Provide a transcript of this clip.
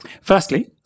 Firstly